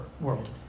world